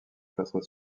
placent